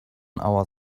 our